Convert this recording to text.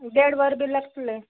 देड वर तरी लागतलें